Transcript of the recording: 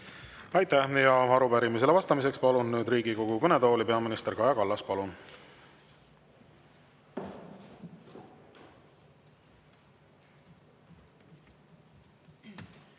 Aitäh! Arupärimisele vastamiseks palun Riigikogu kõnetooli peaminister Kaja Kallase. Palun!